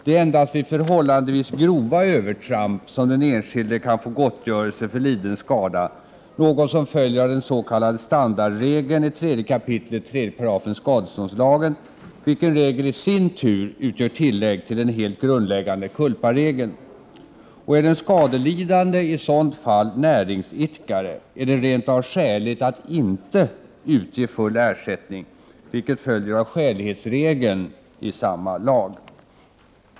Det är endast vid förhållandevis grova övertramp som den enskilde kan få gottgörelse för liden skada, något som följer av den s.k. standardregeln i 3 kap. 3 § skadeståndslagen, vilken regel i sin tur utgör tillägg till den helt grundläggande culparegeln. Och är den skadelidande i sådant fall näringsidkare är det rent av skäligt att inte utge full ersättning, vilket följer av skälighetsregeln i 3 kap. 5 § samma lag.